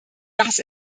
das